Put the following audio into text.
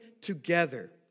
together